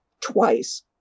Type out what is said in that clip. twice